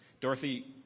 Dorothy